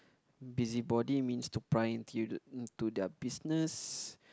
busybody means to pry into into their business